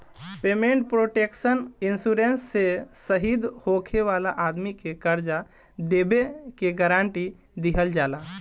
payment protection insurance से शहीद होखे वाला आदमी के कर्जा देबे के गारंटी दीहल जाला